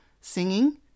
singing